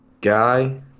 guy